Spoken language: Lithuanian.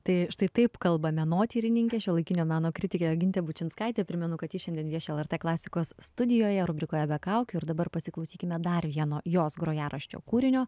tai štai taip kalba menotyrininkė šiuolaikinio meno kritikė jogintė bučinskaitė primenu kad ji šiandien vieši lrt klasikos studijoje rubrikoje be kaukių ir dabar pasiklausykime dar vieno jos grojaraščio kūrinio